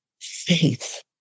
faith